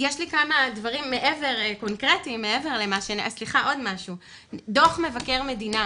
דוח מבקר מדינה